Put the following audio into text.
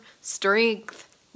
strength